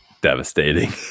devastating